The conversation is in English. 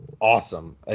awesome